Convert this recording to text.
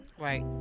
Right